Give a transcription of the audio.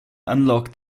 unlocked